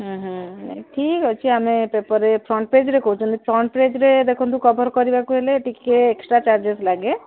ଠିକ୍ ଅଛି ଆମେ ପେପରରେ ଫ୍ରଣ୍ଟ ପେଜ୍ରେ କହୁଛନ୍ତି ଫ୍ରଣ୍ଟ ପେଜ୍ରେ ଦେଖନ୍ତୁ କଭର୍ କରିବାକୁ ହେଲେ ଟିକେ ଏକ୍ସଟ୍ରା ଚାର୍ଜେସ୍ ଲାଗେ